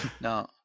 No